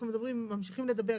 אנחנו ממשיכים לדבר,